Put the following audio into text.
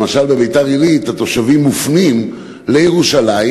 אלא למשל בביתר-עילית התושבים מופנים לירושלים,